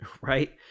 right